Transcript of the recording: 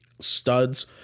studs